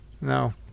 No